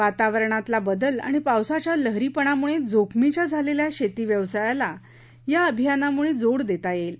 वातावरणातला बदल आणि पावसाच्या लहरीपणामुळे जोखमीच्या झालेल्या शेती व्यवसायाला या अभियानामुळे जोड देता येईल